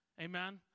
Amen